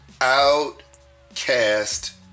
Outcast